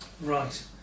Right